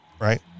Right